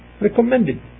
recommended